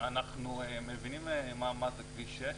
אנחנו מבינים מה זה כביש 6,